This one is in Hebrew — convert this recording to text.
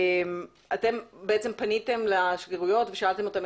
אתם בעצם פניתם לשגרירויות ושאלתם אותם